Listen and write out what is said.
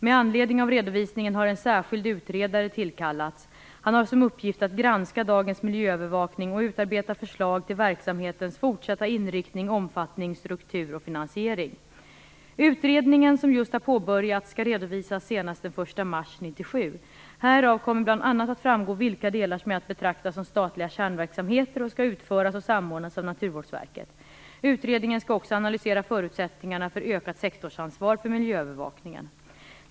Med anledning av redovisningen har en särskild utredare tillkallats. Han har som uppgift att granska dagens miljöövervakning och utarbeta förslag till verksamhetens fortsatta inriktning, omfattning, struktur och finansiering. Utredningen, som just har påbörjats, skall redovisas senast den 1 mars 1997. Härav kommer bl.a. att framgå vilka delar som är att betrakta som statliga kärnverksamheter och som skall utföras och samordnas av Naturvårdsverket. Utredningen skall också analysera förutsättningarna för ökat sektorsansvar för miljöövervakningen.